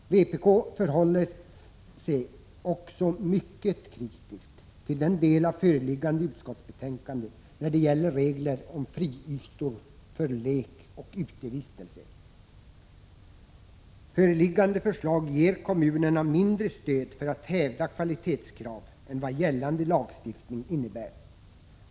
Vpk förhåller sig också mycket kritiskt till den del av föreliggande utskottsbetänkande som gäller regler om friytor för lek och utevistelse. Föreliggande förslag ger kommunerna mindre stöd för att hävda kvalitetskrav än vad gällande lagstiftning innebär.